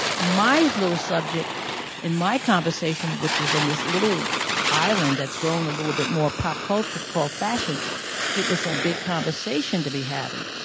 my little subject in my conversation which was in this little island that's growing a little bit more pop culture called fashion it was a big conversation to be having.